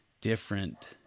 different